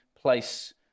place